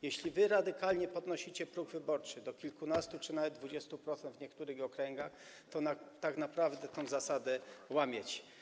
Jeśli radykalnie podnosicie próg wyborczy do kilkunastu czy nawet 20% w niektórych okręgach, to tak naprawdę tę zasadę łamiecie.